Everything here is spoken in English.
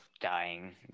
dying